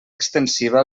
extensiva